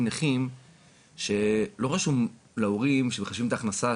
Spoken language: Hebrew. נכים שלא רשום להורים שמחשבים את ההכנסה,